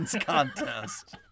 contest